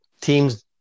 Teams